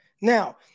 Now